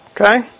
okay